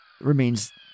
remains